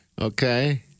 Okay